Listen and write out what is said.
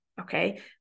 okay